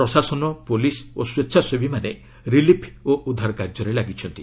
ପ୍ରଶାସନ ପୁଲିସ୍ ଓ ସ୍ୱେଚ୍ଛାସେବୀମାନେ ରିଲିଫ୍ ଓ ଉଦ୍ଧାର କାର୍ଯ୍ୟରେ ଲାଗିଛନ୍ତି